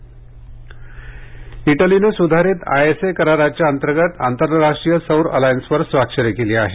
Italy ISA इटलीने सुधारित ISA कराराच्या अंतर्गत आंतरराष्ट्रीय सौर अलायन्सवर स्वाक्षरी केली आहे